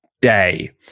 day